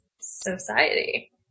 society